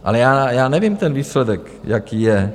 Ale já nevím, ten výsledek, jaký je?